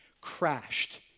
crashed